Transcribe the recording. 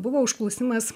buvo užklausimas